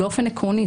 באופן עקרוני,